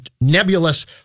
nebulous